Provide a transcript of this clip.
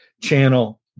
channel